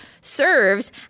serves